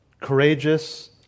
courageous